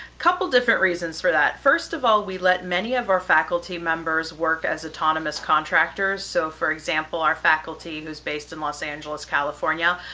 couple different reasons for that. first of all, we let many of faculty members work as autonomous contractors. so for example, our faculty who's based in los angeles, california,